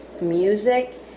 music